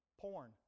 Porn